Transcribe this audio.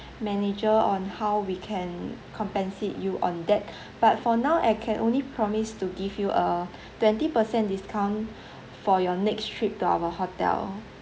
manager on how we can compensate you on that but for now I can only promise to give you a twenty percent discount for your next trip to our hotel